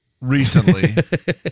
Recently